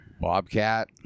Bobcat